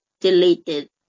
deleted